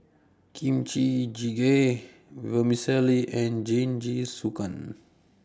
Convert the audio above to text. Kimchi Jjigae Vermicelli and Jingisukan